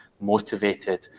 motivated